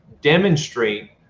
demonstrate